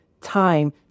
time